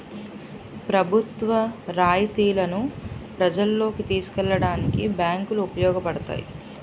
ప్రభుత్వ రాయితీలను ప్రజల్లోకి తీసుకెళ్లడానికి బ్యాంకులు ఉపయోగపడతాయి